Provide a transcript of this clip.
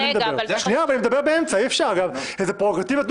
זו השאלה שלי.